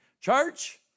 Church